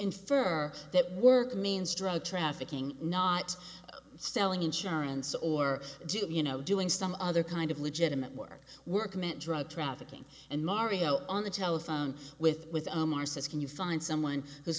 infer that work means drug trafficking not selling insurance or do you know doing some other kind of legitimate work work meant drug trafficking and mario on the telephone with with omar says can you find someone who's